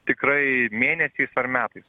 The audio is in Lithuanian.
tikrai mėnesiais ar metais